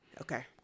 Okay